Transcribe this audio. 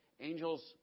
angels